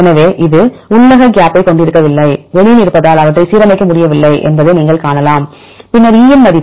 எனவே அது உள்ளக கேப்களைக் கொண்டிருக்கவில்லை வெளியில் இருப்பதால் அவற்றை சீரமைக்க முடியவில்லை என்பதை நீங்கள் காணலாம் பின்னர் E ன் மதிப்பு